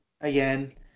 again